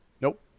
nope